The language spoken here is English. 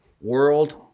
World